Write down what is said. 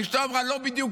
אז אשתו אמרה: לא בדיוק,